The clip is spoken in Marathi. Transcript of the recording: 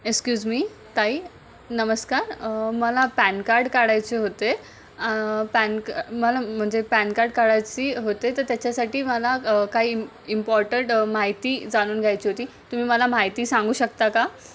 एक्सक्यूज मी ताई नमस्कार मला पॅन कार्ड काढायचे होते पॅन क मला म्हनजे पॅन कार्ड काढायचे होते तर त्याच्यासाठी मला काही इम इम्पॉर्टड माहिती जाणून घ्यायची होती तुम्ही मला माहिती सांगू शकता का